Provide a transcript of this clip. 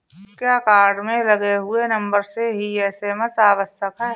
क्या कार्ड में लगे हुए नंबर से ही एस.एम.एस आवश्यक है?